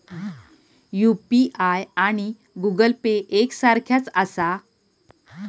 UPI आणि Google Pay एक सारख्याच आसा?